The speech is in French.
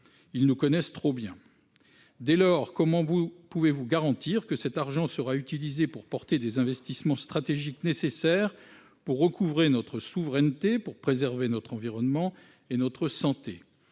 ils nous connaissent trop bien ... Dès lors, comment pouvez-vous garantir que cet argent magique sera utilisé en vue de porter des investissements stratégiques nécessaires pour recouvrer notre souveraineté, préserver notre environnement et notre santé ?